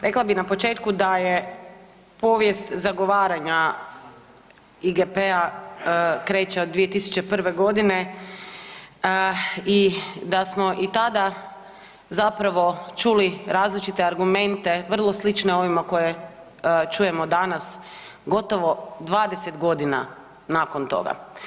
Rekla bih na početku da je povijest zagovaranja IGP-a kreće od 2001.g. i da smo i tada zapravo čuli različite argumente vrlo slične ovima koje čujemo danas, gotovo 20 godina nakon toga.